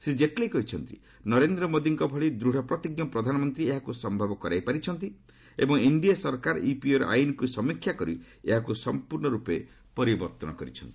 ଶ୍ରୀ ଜେଟଲୀ କହିଛନ୍ତି ନରେନ୍ଦ୍ର ମୋଦିଙ୍କ ଭଳି ଦୂଢ ପ୍ରତିଜ୍ଞ ପ୍ରଧାନମନ୍ତ୍ରୀ ଏହାକୁ ସମ୍ଭବ କରାଇପାରିଛନ୍ତି ଏବଂ ଏନଡିଏ ସରକାର ୟୁପିଏର ଆଇନକୃ ସମୀକ୍ଷା କରି ଏହାକୁ ସମ୍ପର୍ଶ୍ଣ ରୂପେ ପରିବର୍ତ୍ତନ କରିଛନ୍ତି